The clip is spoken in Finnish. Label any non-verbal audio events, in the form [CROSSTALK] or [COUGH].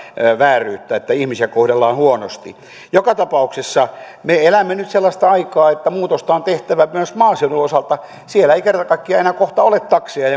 vääryyttä että ihmisiä kohdellaan huonosti joka tapauksessa me elämme nyt sellaista aikaa että muutosta on tehtävä myös maaseudun osalta siellä ei kerta kaikkiaan enää kohta ole takseja [UNINTELLIGIBLE]